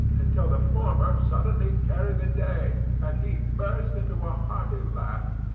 until the former suddenly carried the day, and he burst into a hearty laugh.